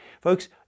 Folks